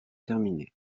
terminé